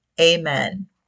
Amen